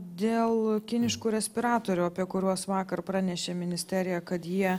dėl kiniškų respiratorių apie kuriuos vakar pranešė ministerija kad jie